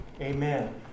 Amen